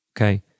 Okay